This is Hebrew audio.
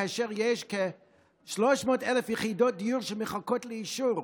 כאשר יש כ-300,000 יחידות דיור שמחכות לאישור,